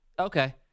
Okay